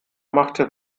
machte